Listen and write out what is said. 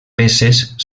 peces